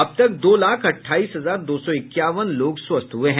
अबतक दो लाख अट्ठाईस हजार दो सौ इक्यावन लोग स्वथ्य हुए हैं